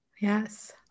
Yes